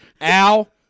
Al